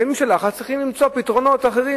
בימים של לחץ צריכים למצוא פתרונות אחרים,